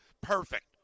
perfect